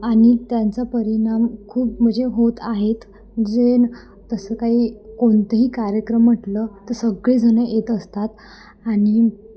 आणि त्यांचा परिणाम खूप म्हणजे होत आहेत जे तसं काही कोणताही कार्यक्रम म्हटलं तर सगळेजण येत असतात आणि